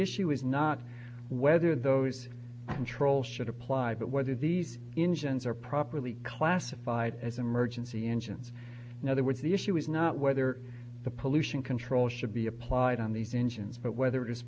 issue is not whether those controls should apply but whether these engines are properly classified as emergency engines in other words the issue is not whether the pollution control should be applied on these engines but whether it is